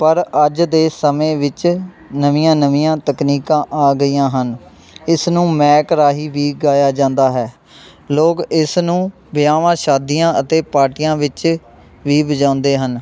ਪਰ ਅੱਜ ਦੇ ਸਮੇਂ ਵਿੱਚ ਨਵੀਆਂ ਨਵੀਆਂ ਤਕਨੀਕਾਂ ਆ ਗਈਆਂ ਹਨ ਇਸ ਨੂੰ ਮੈਕ ਰਾਹੀਂ ਵੀ ਗਾਇਆ ਜਾਂਦਾ ਹੈ ਲੋਕ ਇਸ ਨੂੰ ਵਿਆਹਾਂ ਸ਼ਾਦੀਆਂ ਅਤੇ ਪਾਰਟੀਆਂ ਵਿੱਚ ਵੀ ਵਜਾਉਂਦੇ ਹਨ